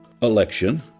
election